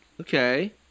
Okay